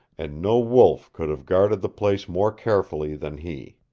and no wolf could have guarded the place more carefully than he.